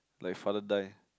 like father die